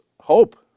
hope